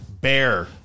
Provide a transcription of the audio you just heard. Bear